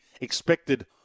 expected